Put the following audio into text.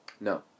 No